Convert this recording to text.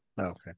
Okay